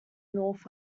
north